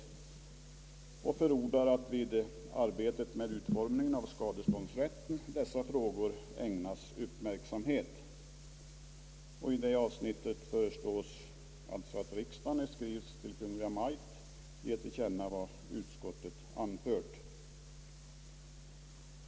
Utskottet förordar att vid arbetet med utformningen av skadeståndsrätten dessa frågor ägnas uppmärksamhet, och i detta avsnitt föreslås att riksdagen i skrivelse till Kungl. Maj:t ger till känna vad utskottet anfört.